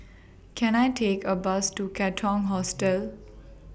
Can I Take A Bus to Katong Hostel